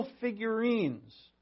figurines